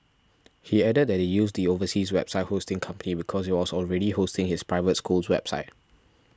he added that they used the overseas website hosting company because it was already hosting his private school's website